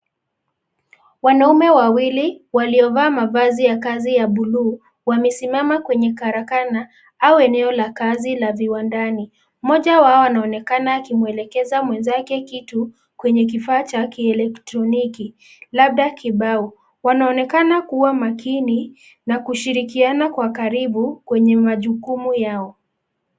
wanaume wawili waliyo vaa mavazi ya kazi ya bluu, wamesimama kwenye karakana au eneo la kazi la viwandani. Mmoja wao anaonekana akimwelekeza mwenzake kitu kwenye kifaa cha elektroniki labda kibao. Wanaonekana kuwa makini na kushirikiana kwa karibu kwenye majukuma yao.